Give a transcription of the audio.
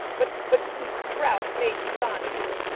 but but, trout, nate, john excuse me.